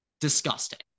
disgusting